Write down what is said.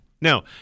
Now